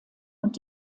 und